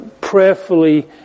prayerfully